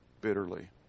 bitterly